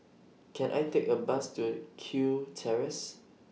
Can I Take A Bus to Kew Terrace